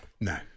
No